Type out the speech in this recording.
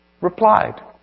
replied